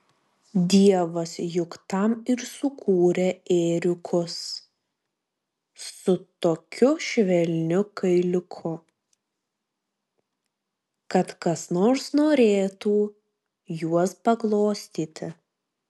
dievas juk tam ir sukūrė ėriukus su tokiu švelniu kailiuku kad kas nors norėtų juos paglostyti